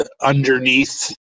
underneath